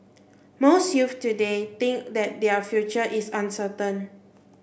most youths today think that their future is uncertain